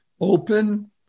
open